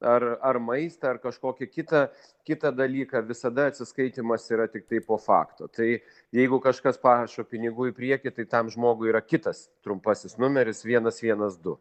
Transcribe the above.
ar ar maistą ar kažkokį kitą kitą dalyką visada atsiskaitymas yra tiktai po fakto tai jeigu kažkas prašo pinigų į priekį tai tam žmogui yra kitas trumpasis numeris vienas vienas du